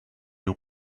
you